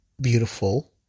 beautiful